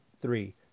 three